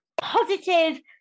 positive